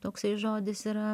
toksai žodis yra